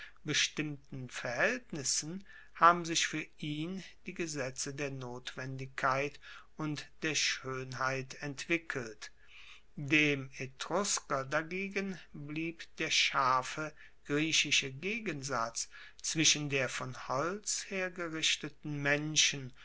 bestimmten verhaeltnissen haben sich fuer ihn die gesetze der notwendigkeit und der schoenheit entwickelt dem etrusker dagegen blieb der scharfe griechische gegensatz zwischen der von holz hergerichteten menschen